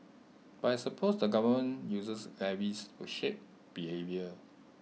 but I suppose the government uses levies to shape behaviour